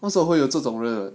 为什么会有这种的